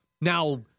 Now